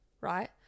right